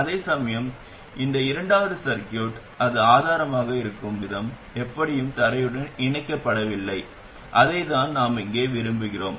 அதேசமயம் இந்த இரண்டாவது சர்கியூட் அது ஆதாரமாக இருக்கும் விதம் எப்படியும் தரையுடன் இணைக்கப்படவில்லை அதைத்தான் நாம் இங்கே விரும்புகிறோம்